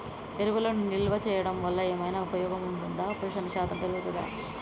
ఎరువులను నిల్వ చేయడం వల్ల ఏమైనా ఉపయోగం ఉంటుందా పోషణ శాతం పెరుగుతదా?